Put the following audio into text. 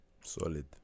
Solid